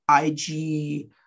ig